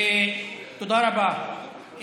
תודה רבה.